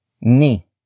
Ni